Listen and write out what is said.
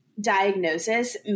diagnosis